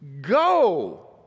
Go